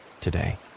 today